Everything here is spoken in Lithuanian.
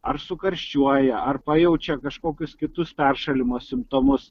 ar sukarščiuoja ar pajaučia kažkokius kitus peršalimo simptomus